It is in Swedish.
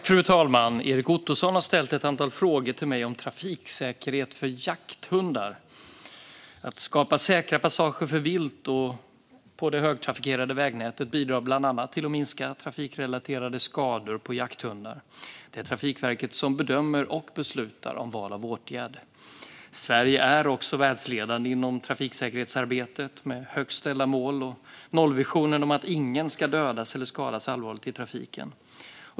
Fru talman! Erik Ottoson har ställt ett antal frågor till mig om trafiksäkerhet för jakthundar. Att skapa säkra passager för vilt på det högtrafikerade vägnätet bidrar bland annat till att minska trafikrelaterade skador på jakthundar. Det är Trafikverket som bedömer och beslutar om val av åtgärd. Sverige är också världsledande inom trafiksäkerhetsarbetet med högt ställda mål och nollvisionen om att ingen ska dödas eller skadas allvarligt i trafiken.